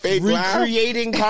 recreating